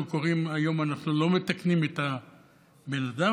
קוראים היום: אנחנו לא מתקנים את הבן אדם,